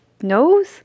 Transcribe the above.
nose